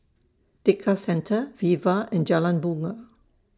Tekka Centre Viva and Jalan Bungar